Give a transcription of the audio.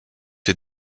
est